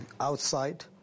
outside